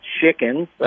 chickens